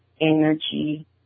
energy